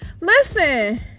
listen